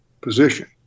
position